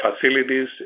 facilities